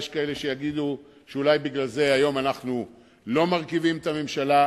יש כאלה שיגידו שאולי בגלל זה היום אנחנו לא מרכיבים את הממשלה,